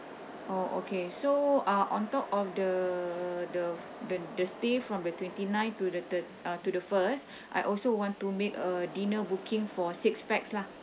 oh okay so uh on top of the the the the stay from the twenty nine to the third uh to the first I also want to make a dinner booking for six pax lah